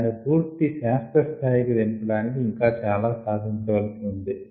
దానిని పూర్తి శాస్త్ర స్థాయి కి దింప టానికి ఇంకా చాలా సాధించాల్సినది ఉంది